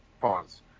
pause